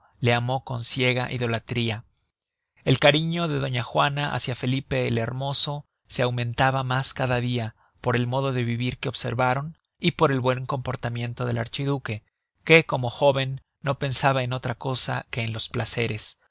le amó con ciega idolatría el cariño de doña juana hácia felipe el hermoso se aumentaba mas cada dia por el modo de vivir que observaron y por el buen comportamiento del archiduque que como jóven no pensaba en otra cosa que en los placeres